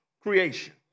creation